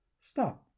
Stop